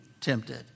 tempted